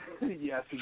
Yes